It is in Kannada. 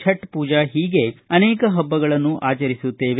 ಛಚ್ ಪೂಜಾ ಹೀಗೇ ಅನೇಕ ಹಬ್ಬಗಳನ್ನು ಆಚರಿಸುತ್ತೇವೆ